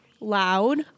loud